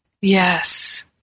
Yes